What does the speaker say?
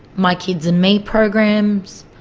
my kids and me programs,